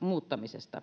muuttamisesta